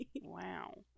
wow